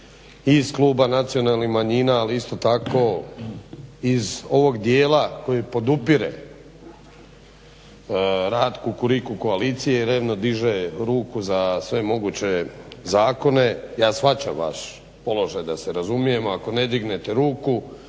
iz Kluba nacionalnih manjina ali isto tako iz ovog dijela koji podupire rad Kukuriku koalicije i revno diže ruku za sve moguće zakone, ja shvaćam vaš položaj da se razumijemo, ako ne dignete ruku